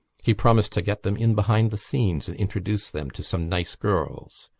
he promised to get them in behind the scenes and introduce them to some nice girls.